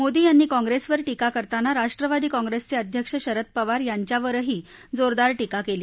मोदी यांनी कॉंप्रेसवर टीका करताना राष्ट्रवादी काँप्रेसचे अध्यक्ष शरद पवार यांच्यावरही जोरदार टीका केली